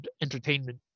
entertainment